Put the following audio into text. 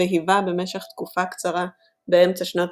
והיווה במשך תקופה קצרה - באמצע שנות